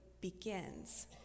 begins